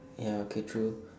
ya okay true